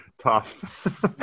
Tough